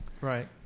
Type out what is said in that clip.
Right